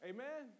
Amen